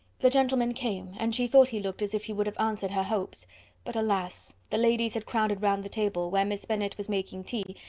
the gentlemen came and she thought he looked as if he would have answered her hopes but, alas! the ladies had crowded round the table, where miss bennet was making tea,